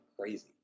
crazy